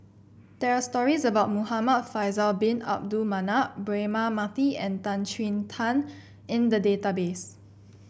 there're stories about Muhamad Faisal Bin Abdul Manap Braema Mathi and Tan Chin Tuan in the database